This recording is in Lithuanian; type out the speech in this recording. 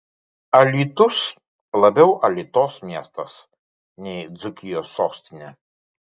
alytus labiau alitos miestas nei dzūkijos sostinė